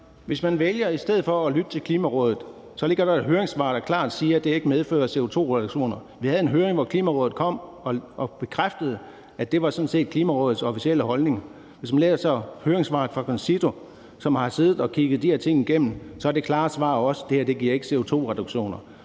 Hvis man i stedet for vælger at lytte til Klimarådet, ligger der et høringssvar, der klart siger, at det ikke medfører CO2-reduktioner. Vi havde en høring, hvor Klimarådet kom og bekræftede, at det sådan set var Klimarådets officielle holdning. Hvis man læser høringssvaret fra CONCITO, som har siddet og kigget de her ting igennem, så er det klare svar også, at det her ikke giver CO2-reduktioner.